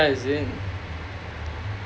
like what caviar is it